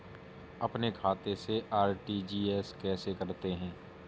अपने खाते से आर.टी.जी.एस कैसे करते हैं?